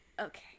okay